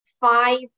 five